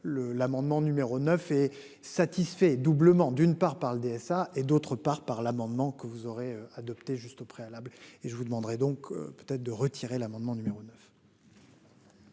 l'amendement numéro 9 est satisfait doublement d'une part par le DSA et d'autre part par l'amendement que vous aurez adopté juste préalables et je vous demanderai donc peut-être de retirer l'amendement numéro.